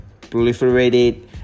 proliferated